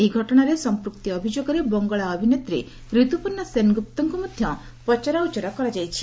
ଏହି ଘଟଣାରେ ସଂପୃକ୍ତି ଅଭିଯୋଗରେ ବଙ୍ଗଳା ଅଭିନେତ୍ରୀ ରିତୁପର୍ଶ୍ଣା ସେନଗୁପ୍ତଙ୍କୁ ମଧ୍ୟ ପଚରାଉଚରା କରାଯାଇଛି